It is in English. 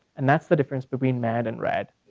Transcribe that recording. and that's the difference between mad and rad,